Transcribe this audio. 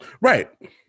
Right